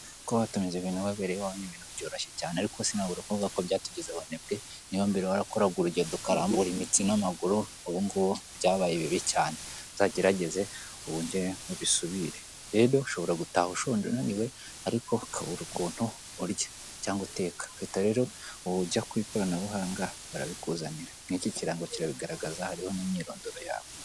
Kuba watumize ibintu wibereye iwawe ni ibintu byoroshye cyane ariko sinabura kuvuga ko byatugize abanebwe, niba mbere warakoraga urugendo ukarambura imitsi n'amaguru ubu ngubu byabaye bibi cyane, uzagerageze wongere ubisubire. Rero ushobora gutaha ushonje unaniwe ariko ukabura ukuntu urya cyangwa uteka uhita rero ujya ku ikoranabuhanga barabikuzanira n'iki kirango kirabigaragaza hariho n'imyirondoro yabo.